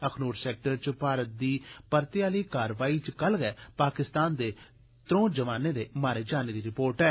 Akhnoor sector च भारत दी परते आहली कार्रवाई च कल गै पाकिस्तान दे त्रै जवानें दे मारे जाने दी रिपोर्ट ऐ